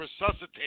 resuscitate